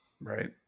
Right